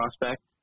prospect